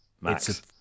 max